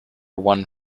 one